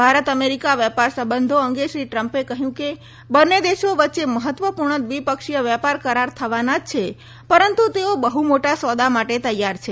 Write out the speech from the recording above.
ભારતઅમેરિકા વેપાર સંબંધો અંગે શ્રી ટ્રમ્પે કહ્યું કે બંને દેશો વચ્ચે મહત્વપૂર્ણ દ્વિપક્ષી વેપાર કરાર થવાના છે જ પરંતુ તેઓ બહ્ મોટા સોદા માટે તૈયાર છે